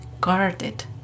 guarded